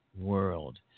world